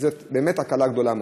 זאת באמת הקלה גדולה מאוד.